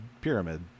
pyramid